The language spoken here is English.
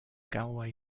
galway